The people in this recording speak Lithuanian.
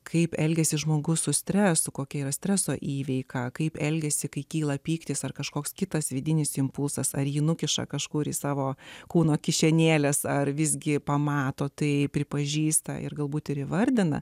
kaip elgiasi žmogus su stresu kokia yra streso įveikta kaip elgiasi kai kyla pyktis ar kažkoks kitas vidinis impulsas ar ji nukiša kažkur į savo kūno kišenėlės ar visgi pamato tai pripažįsta ir galbūt ir įvardina